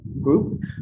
group